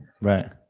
right